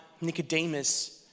Nicodemus